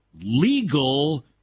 legal